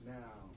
now